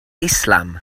islam